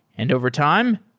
and overtime,